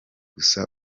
gusa